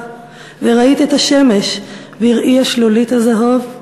/ וראית את השמש בראי השלולית הזהוב,